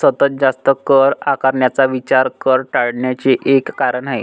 सतत जास्त कर आकारण्याचा विचार कर टाळण्याचे एक कारण आहे